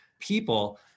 people